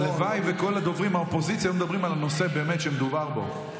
הלוואי שכל הדוברים מהאופוזיציה היו מדברים על הנושא שמדובר פה.